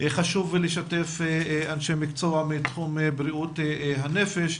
חשוב לשתף אנשי מקצוע מתחום בריאות הנפש,